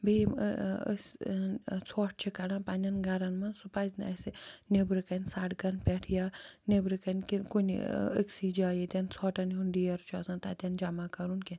بیٚیہِ یِم أسۍ ٲں ژھۄٹھ چھِ کَڑان پَننیٚن گھرَن منٛز سُہ پَزِ نہٕ اسہِ نیٚبرٕکَنۍ سڑکَن پٮ۪ٹھ یا نیٚبرٕکَنۍ کُنہِ أکسٕے جایہِ ییٚتیٚن ژھۄٹَن ہُنٛد ڈھیر چھُ آسان تَتیٚن جمع کَرُن کیٚنٛہہ